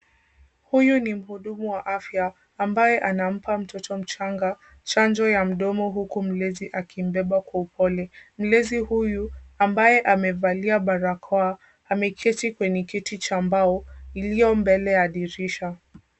Huyu ni mhudumu wa afya ambaye anampa mtoto mchanga chanjo ya mdomo huku mlezi akimbeba kwa upole. Mlezi huyu ambaye amevalia barakoa ameketi kwenye kiti cha mbao iliyo mbele ya dirisha.